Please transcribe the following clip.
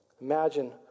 Imagine